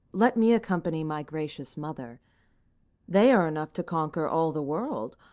let me accompany my gracious mother they are enough to conquer all the world,